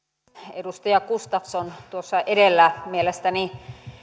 edustaja gustafsson tuossa edellä mielestäni